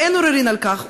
ואין עוררין על כך,